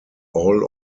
all